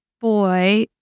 boy